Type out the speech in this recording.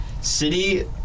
City